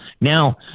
now